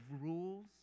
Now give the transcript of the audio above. rules